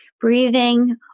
breathing